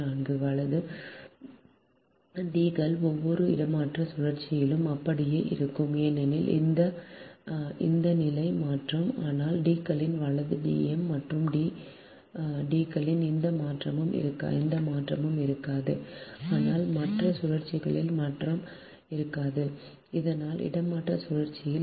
D கள் ஒவ்வொரு இடமாற்ற சுழற்சியிலும் அப்படியே இருக்கும் ஏனெனில் அந்த நிலை மாற்றம் ஆனால் D களின் வலது D m மற்றும் D களின் எந்த மாற்றமும் இருக்காது அதனால் மற்ற சுழற்சியில் மாற்றம் இருக்காது அதனால் இடமாற்ற சுழற்சியில்